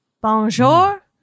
bonjour